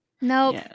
Nope